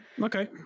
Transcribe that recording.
okay